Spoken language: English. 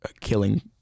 Killing